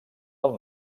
del